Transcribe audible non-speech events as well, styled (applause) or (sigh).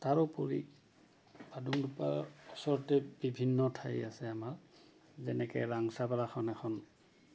তাৰোপৰি বাডুংদোপ্পাৰ ওচৰতে বিভিন্ন ঠাই আছে আমাৰ যেনেকে (unintelligible) এখন